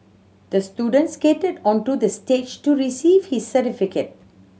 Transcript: the student skated onto the stage to receive his certificate